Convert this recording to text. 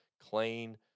Clean